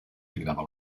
cridava